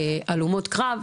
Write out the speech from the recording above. להלומות קרב,